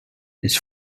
ich